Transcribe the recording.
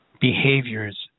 behaviors